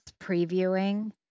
previewing